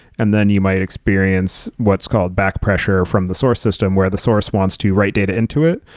and then you might experience what's called back pressure from the source system where the source wants to write data into it,